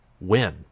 win